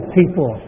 people